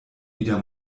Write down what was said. wieder